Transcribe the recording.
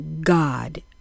God